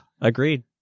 agreed